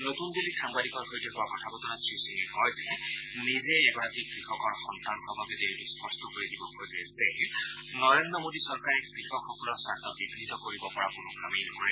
নতুন দিল্লীত সাংবাদিকৰ সৈতে হোৱা কথা বতৰাত শ্ৰী সিঙে কয় যে নিজেই এগৰাকী কৃষকৰ সন্তান হোৱা বাবে তেওঁ এইটো স্পষ্ট কৰি দিব খোজে যে নৰেন্দ্ৰ মোডী চৰকাৰে কৃষকসকলৰ স্বাৰ্থ বিয়িত কৰিব পৰা কোনো কামেই নকৰে